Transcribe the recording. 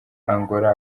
angola